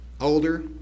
older